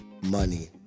money